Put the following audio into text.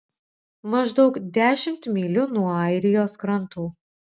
maždaug dešimt mylių nuo airijos krantų